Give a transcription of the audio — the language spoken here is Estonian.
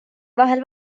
vahel